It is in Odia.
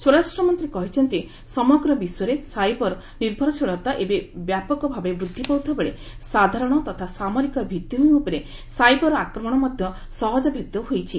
ସ୍ୱରାଷ୍ଟ୍ରମନ୍ତ୍ରୀ କହିଛନ୍ତି ସମଗ୍ର ବିଶ୍ୱରେ ସାଇବର ନିର୍ଭରଶୀଳତା ଏବେ ବ୍ୟାପକଭାବେ ବୃଦ୍ଧି ପାଉଥିବାବେଳେ ସାଧାରଣ ତଥା ସାମରିକ ଭିଭିଭୂମି ଉପରେ ସାଇବର ଆକ୍ରମଣ ମଧ୍ୟ ସହକଭେଦ୍ୟ ହୋଇଛି